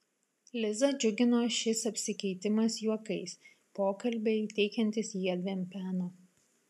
lizą džiugino šis apsikeitimas juokais pokalbiai teikiantys jiedviem peno